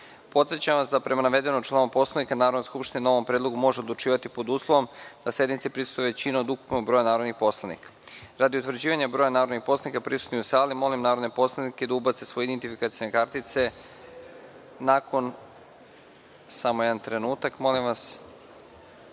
sednice. Podsećam vas da prema navedenom članu Poslovnika Narodna skupština o ovom predlogu može odlučivati pod uslovom da sednici prisustvuje većina od ukupnog broja narodnih poslanika. Radi utvrđivanja broja narodnih poslanika prisutnih u sali, molim narodne poslanike da ubace svoje identifikacione kartice. Konstatujem da je primenom